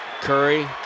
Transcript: Curry